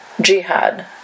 jihad